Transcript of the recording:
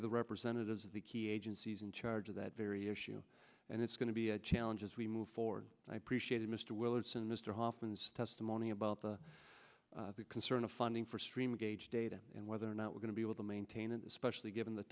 of the representatives of the key agencies in charge of that very issue and it's going to be a challenge as we move forward and i appreciate mr willis and mr hoffman's testimony about the concern of funding for stream gauge data and whether or not we're going to be able to maintain it especially given the